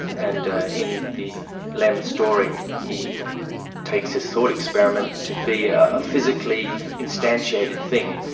and in the lem story he takes this thought experiment to be a ah physically instantiated thing.